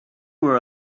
were